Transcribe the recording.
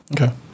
Okay